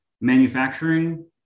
manufacturing